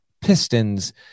Pistons